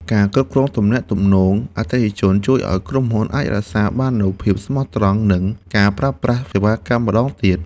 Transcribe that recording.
ការគ្រប់គ្រងទំនាក់ទំនងអតិថិជនជួយឱ្យក្រុមហ៊ុនអាចរក្សាបាននូវភាពស្មោះត្រង់និងការប្រើប្រាស់សេវាកម្មម្តងទៀត។